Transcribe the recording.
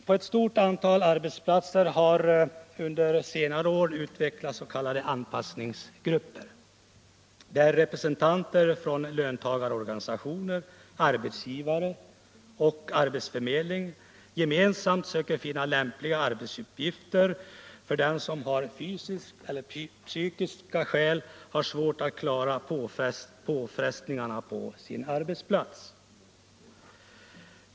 På ett stort antal arbetsplatser har under de senaste åren utvecklats politiken Arbetsmarknadspolitiken s.k. anpassningsgrupper, där representanter för löntagarorganisationer, arbetsgivare och arbetsförmedling gemensamt söker finna lämpliga arbetsuppgifter för den som av fysiska eller psykiska skäl har svårt att klara påfrestningarna på sin arbetsplats.